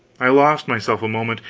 i lost myself a moment,